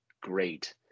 great